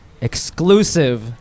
exclusive